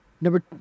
number